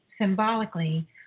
symbolically